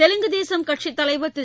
தெலுகுதேசம் கட்சித்தலைவர் திரு